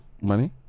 money